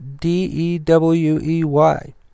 d-e-w-e-y